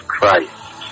Christ